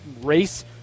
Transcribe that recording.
race